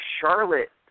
Charlotte